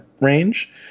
range